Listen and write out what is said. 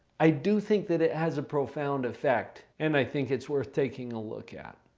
i do think that it has a profound effect. and i think it's worth taking a look at.